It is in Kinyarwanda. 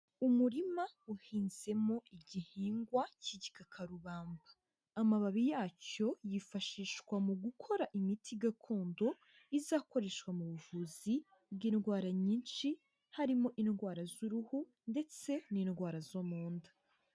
Umurima uhingizemo igihingwa k'igikakarubamba, amababi ya cyo yifashishwa mu gukora imiti gakondo izakoreshwa mu buvuzi bw'indwara nyinshi, harimo indwara z'uruhu ndetse n'indwara zo mu nda.